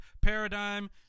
Paradigm